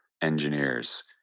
engineers